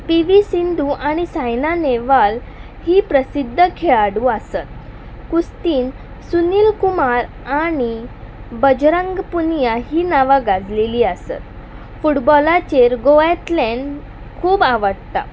P V Sindhu आनी सायना नेहवाल ही प्रसिद्ध खेळडू आसत कुस्तीन सुनील कुमार आनी बजरंग पुनिया ही नांवां गाजलेलीं आसत फुटबॉलाचेर गोव्यातल्यान खूब आवडटा